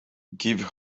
give